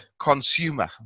consumer